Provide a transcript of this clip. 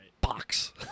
box